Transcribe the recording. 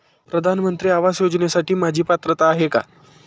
प्रधानमंत्री आवास योजनेसाठी माझी पात्रता आहे का?